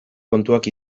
kontuak